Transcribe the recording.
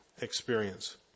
experience